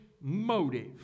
motive